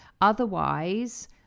Otherwise